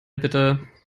bitte